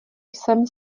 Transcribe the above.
jsem